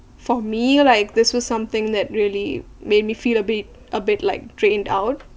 for me like this was something that really made me feel a bit a bit like drained out